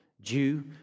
Jew